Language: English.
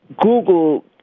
Google